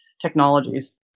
technologies